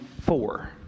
four